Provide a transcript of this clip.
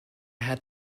had